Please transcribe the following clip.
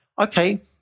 okay